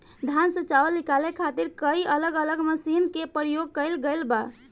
धान से चावल निकाले खातिर कई अलग अलग मशीन के प्रयोग कईल गईल बा